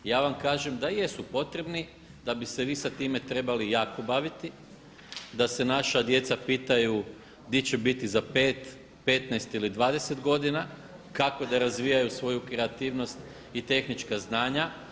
Ja vam kažem da jesu potrebni, da bi se vi sa time trebali jako baviti, da se naša djeca pitaju di će biti za 5, 15 ili 20 godina, kako da razvijaju svoju kreativnost i tehnička znanja.